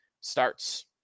starts